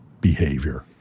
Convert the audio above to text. behavior